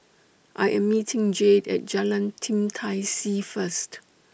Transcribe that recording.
I Am meeting Jade At Jalan Tim Tai See First